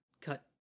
cut